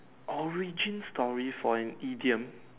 origin story for an idiom